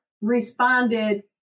responded